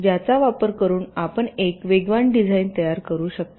ज्याचा वापर करून आपण एक वेगवान डिझाइन तयार करू शकता